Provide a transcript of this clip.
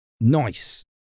Nice